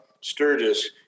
Sturgis